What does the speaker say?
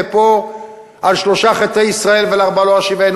ופה על שלושה חטאי ישראל ועל ארבעה לא אשיבנו,